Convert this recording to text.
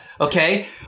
okay